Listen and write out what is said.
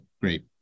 great